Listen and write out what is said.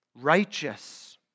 righteous